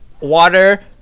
Water